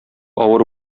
авыр